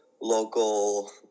local